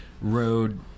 road